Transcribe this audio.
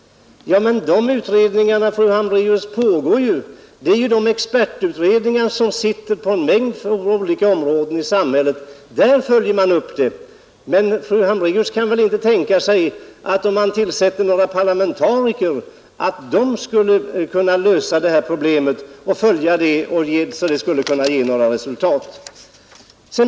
Men de utredningarna, fru Hambraeus, pågår ju. Det är de expertutredningar som arbetar på en mängd olika områden i samhället. Där följer man upp det. Men fru Hambraeus kan väl inte tänka sig att om man tillsätter några parlamentariker, så skulle de kunna följa det här problemet bättre och lösa det, så att det skulle kunna ge resultat.